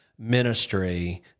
ministry